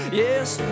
yes